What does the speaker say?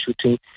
shooting